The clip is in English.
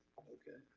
okay,